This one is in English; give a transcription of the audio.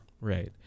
right